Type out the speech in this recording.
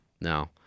no